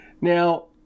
Now